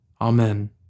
Amen